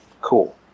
Cool